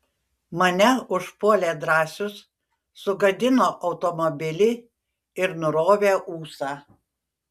mane užpuolė drąsius sugadino automobilį ir nurovė ūsą